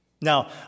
Now